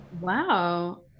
Wow